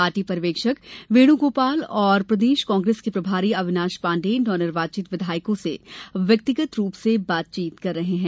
party पर्यवेक्षक वेणु गोपाल और प्रदेश कांग्रेस के प्रभारी अविनाश पांडे नवनिर्वाचित विधायकों से व्याक्तिगत रूप से बातचीत कर रहे हैं